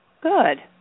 Good